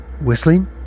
whistling